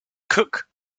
cook